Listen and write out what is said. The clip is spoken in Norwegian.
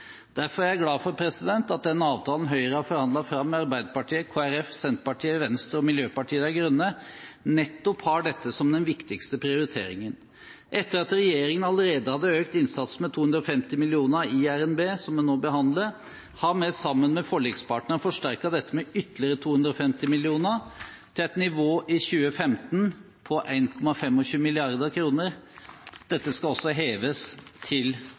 Derfor er jeg glad for at avtalen Høyre har forhandlet fram med Arbeiderpartiet, Kristelig Folkeparti, Senterpartiet, Venstre og Miljøpartiet De Grønne nettopp har dette som den viktigste prioriteringen. Etter at regjeringen allerede hadde økt innsatsen med 250 mill. kr i revidert nasjonalbudsjett – som vi nå behandler – har vi sammen med forlikspartnerne forsterket dette med ytterligere 250 mill. kr til et nivå i 2015 på